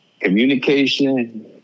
communication